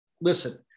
Listen